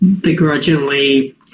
begrudgingly